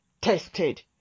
tested